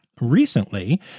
recently